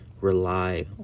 rely